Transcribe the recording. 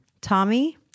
Tommy